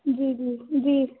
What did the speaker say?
جی جی جی